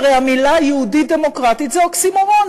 הרי המילה "יהודית-דמוקרטית" זה אוקסימורון.